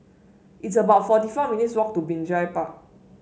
it's about forty four minutes' walk to Binjai Park